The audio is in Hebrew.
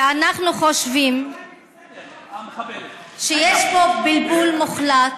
המחבלת, ואנחנו חושבים שיש פה בלבול מוחלט.